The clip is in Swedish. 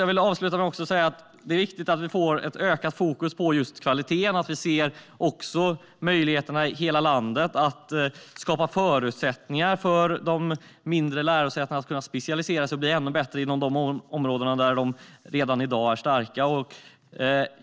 Jag vill avsluta med att säga att det är viktigt att vi får ett ökat fokus på just kvaliteten och att vi ser möjligheterna i hela landet. Vi behöver skapa förutsättningar för de mindre lärosätena att specialisera sig och bli ännu bättre inom de områden där de redan i dag är starka.